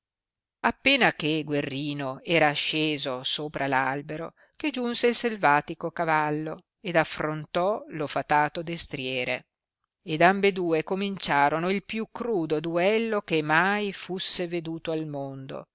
appena che guerrino era asceso sopra l albero che giunse il salvatico cavallo ed affrontò lo fatato destriere ed ambedue cominciarono il più crudo duello che mai fusse veduto al mondo